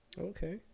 Okay